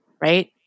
right